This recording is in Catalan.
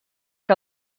que